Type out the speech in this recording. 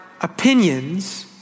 opinions